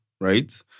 right